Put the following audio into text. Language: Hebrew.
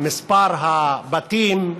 מספר הבתים,